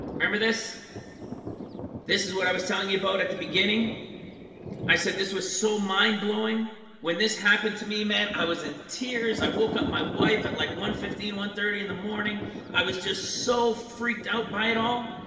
remember this this is what i was telling you about at the beginning i said this was so mind-blowing when this happened to me man i was in tears. i woke up my wife at like one fifteen one thirty in the morning i was just so freaked out by it all